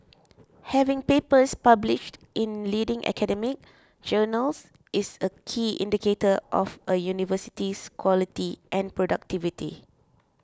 having papers published in leading academic journals is a key indicator of a university's quality and productivity